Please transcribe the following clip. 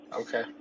Okay